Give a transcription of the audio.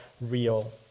real